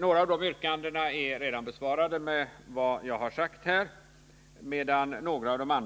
Några av dessa är redan besvarade med vad jag här har anfört,